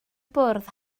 bwrdd